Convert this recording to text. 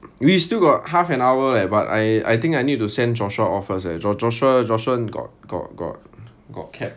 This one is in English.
we still got half an hour eh but I I think I need to send joshua off first eh josh joshua joshua got got got got cat